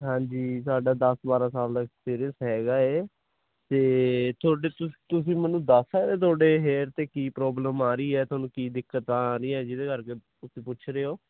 ਹਾਂਜੀ ਸਾਡਾ ਦਸ ਬਾਰਾਂ ਸਾਲ ਦਾ ਐਕਸਪੀਰੀਅਸ ਹੈਗਾ ਇਹ ਤੇ ਤੁਹਾਡੇ ਕਿਉਂਕਿ ਮੈਨੂੰ ਦੱਸ ਸਕਦੇ ਤੁਹਾਡੇ ਇਹ ਹੇਅਰ ਤੇ ਕੀ ਪ੍ਰੋਬਲਮ ਆ ਰਹੀ ਹੈ ਤੁਹਾਨੂੰ ਕੀ ਦਿੱਕਤ ਤਾਂ ਆ ਰਹੀ ਜਿਹਦੇ ਕਰਕੇ ਤੁਸੀਂ ਪੁੱਛ ਰਹੇ ਹੋ